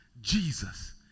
Jesus